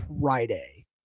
Friday